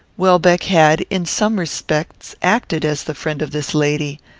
welbeck had, in some respects, acted as the friend of this lady.